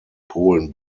polen